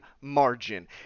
margin